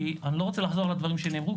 כי אני לא רוצה לחזור על הדברים שנאמרו,